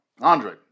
Andre